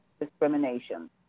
discrimination